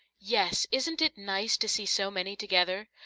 yes isn't it nice to see so many together?